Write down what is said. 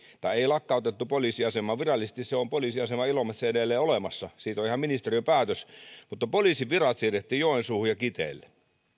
tai ei lakkautettu poliisiasemaa virallisesti se poliisiasema on ilomantsissa edelleen olemassa siitä on ihan ministeriön päätös mutta poliisin virat siirrettiin joensuuhun ja kiteelle